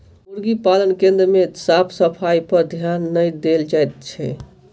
मुर्गी पालन केन्द्र मे साफ सफाइपर ध्यान नै देल जाइत छै